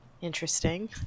interesting